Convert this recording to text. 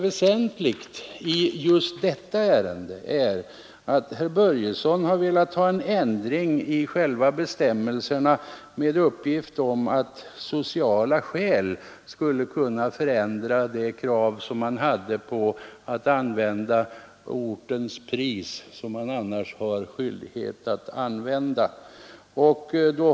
Väsentligt med detta ärende är att herr Börjesson velat ha en ändring i själva bestämmelserna med innebörden att sociala skäl skulle kunna förändra kraven på att ortens pris skall tillämpas.